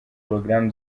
porogaramu